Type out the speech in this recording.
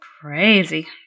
crazy